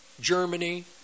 Germany